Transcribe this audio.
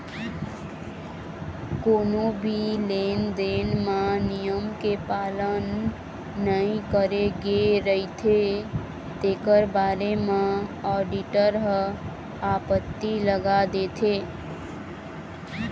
कोनो भी लेन देन म नियम के पालन नइ करे गे रहिथे तेखर बारे म आडिटर ह आपत्ति लगा देथे